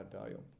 value